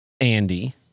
Andy